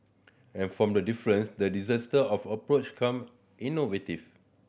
and from the difference the of approach come innovative